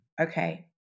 okay